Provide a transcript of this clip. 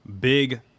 Big